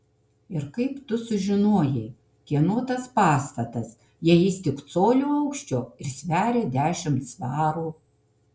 ir kaip tu sužinojai kieno tas pastatas jei jis tik colio aukščio ir sveria dešimt svarų